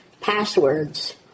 passwords